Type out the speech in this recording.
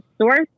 source